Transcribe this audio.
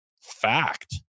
fact